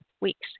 weeks